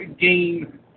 game